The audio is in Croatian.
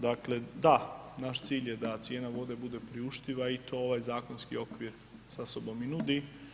Dakle, da naš cilj je da cijena vode bude priuštiva i to ovaj zakonski okvir sa sobom i nudi.